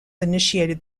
initiated